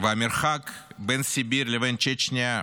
המרחק בין סיביר לבין צ'צ'ניה,